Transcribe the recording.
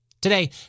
Today